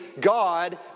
God